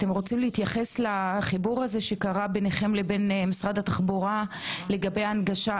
רוצים להתייחס לחיבור ביניכם למשרד התחבורה לגבי הנגשה?